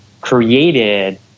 created